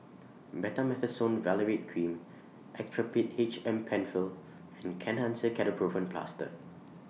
Betamethasone Valerate Cream Actrapid H M PenFill and Kenhancer Ketoprofen Plaster